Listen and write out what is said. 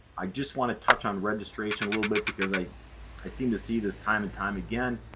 i just want to touch on registration a little bit because i i seem to see this time and time again.